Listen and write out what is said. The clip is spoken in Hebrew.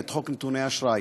את חוק נתוני אשראי.